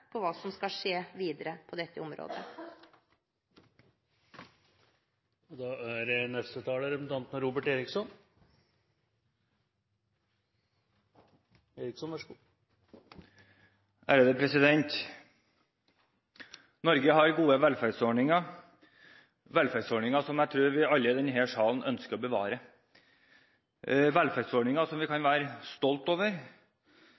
på hva som skal skje videre på dette området. Norge har gode velferdsordninger – velferdsordninger som jeg tror vi alle i denne salen ønsker å bevare, velferdsordninger som vi kan være stolt over,